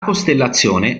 costellazione